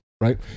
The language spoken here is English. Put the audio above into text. Right